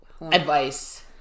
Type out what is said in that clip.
advice